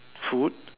food